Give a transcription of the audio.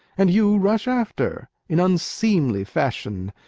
and you rush after, in unseemly fashion,